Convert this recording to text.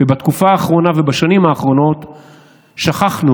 בתקופה האחרונה ובשנים האחרונות שכחנו,